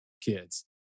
kids